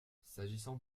s’agissant